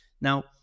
Now